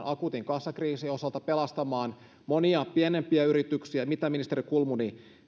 akuutin kassakriisin osalta pelastamaan monia pienempiä yrityksiä mitä ministeri kulmuni